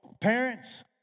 parents